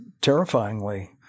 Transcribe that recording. terrifyingly